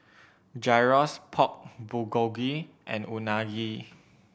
Gyros Pork Bulgogi and Unagi